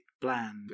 bland